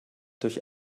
durch